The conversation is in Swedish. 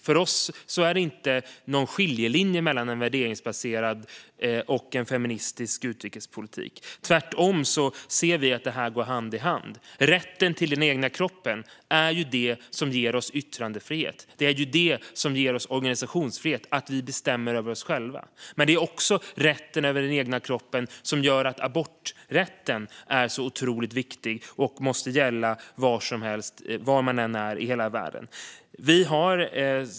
För oss finns det ingen skiljelinje mellan en värderingsbaserad och en feministisk utrikespolitik. Tvärtom ser vi att det går hand i hand. Rätten över den egna kroppen är det som ger oss yttrandefrihet och organisationsfrihet, att vi bestämmer över oss själva. Rätten över den egna kroppen gör också att aborträtten är otroligt viktig, och den måste gälla var man än är i världen.